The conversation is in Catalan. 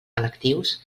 electius